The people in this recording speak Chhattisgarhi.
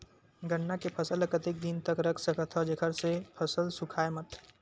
गन्ना के फसल ल कतेक दिन तक रख सकथव जेखर से फसल सूखाय मत?